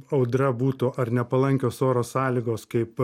audra būtų ar nepalankios oro sąlygos kaip